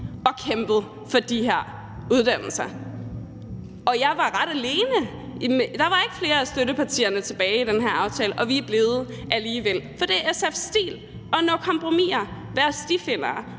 har kæmpet for de her uddannelser. Og jeg var ret alene; der var ikke flere af støttepartierne tilbage i den her aftale, og vi er blevet alligevel. For det er SF's stil at nå kompromisser, være stifindere